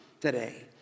today